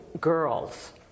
girls